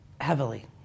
heavily